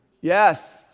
Yes